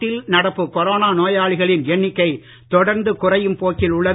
நாட்டில் நடப்பு கொரோனா நோயாளிகளின் எண்ணிக்கை தொடர்ந்து குறையும் போக்கில் உள்ளது